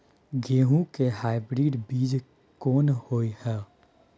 गेहूं के हाइब्रिड बीज कोन होय है?